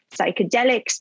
psychedelics